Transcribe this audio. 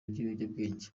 ry’ibiyobyabwenge